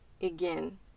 again